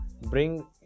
bring